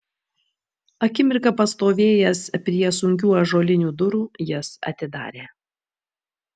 akimirką pastovėjęs prie sunkių ąžuolinių durų jas atidarė